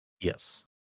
Yes